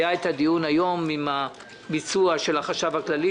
היה את הדיון היום על הביצוע של החשב הכללי,